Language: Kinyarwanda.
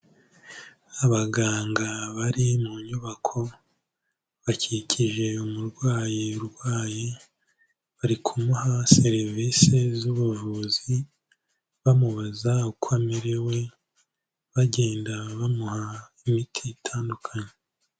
Abaganga bari mu nyubako bakikije umurwayi urwaye bari kumuha serivise z'ubuvuzi, bamubaza uko amerewe, bagenda bamuha imiti itandukanye.